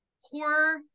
horror